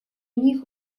них